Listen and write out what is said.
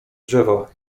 drzewa